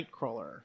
Nightcrawler